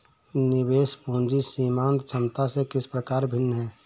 निवेश पूंजी सीमांत क्षमता से किस प्रकार भिन्न है?